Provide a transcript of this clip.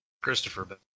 Christopher